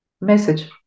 message